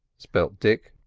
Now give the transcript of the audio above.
spelt dick.